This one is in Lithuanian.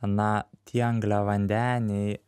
na tie angliavandeniai